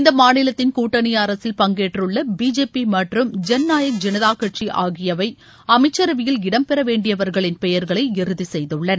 இந்த மாநிலத்தின் கூட்டணி அரசில் பங்கேற்றுள்ள பிஜேபி மற்றும் ஜன் நாயக் ஜனதா கூட்சி ஆகியவை அமைச்சரவையில் இடம்பெறவேண்டியவர்களின் பெயர்களை இறுதி செய்துள்ளன